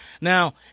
Now